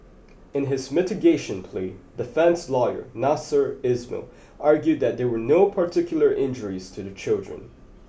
in his mitigation plea defence lawyer Nasser Ismail argued that there were no particular injuries to the children